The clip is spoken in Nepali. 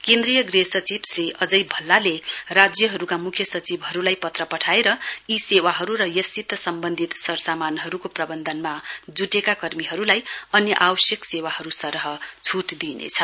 केन्द्रीय गृह सचिव श्री अजय भल्लाले राज्यहरूका मुख्य सचिवहरूलाई पत्र पठाएर यी सेवाहरू र यससित सम्बन्धित सरसमानहरूको प्रबन्धनमा जुटेका कर्मीहरूलाई अन्य आवश्यक सेवाहरू सरह छुट दिइनेछ